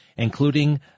including